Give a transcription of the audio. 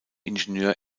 ingenieur